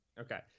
Okay